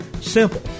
Simple